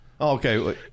Okay